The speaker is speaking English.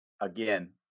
again